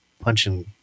punching